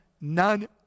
none